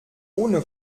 ohne